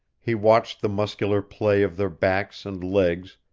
he watched the muscular play of their backs and legs,